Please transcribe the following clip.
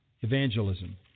evangelism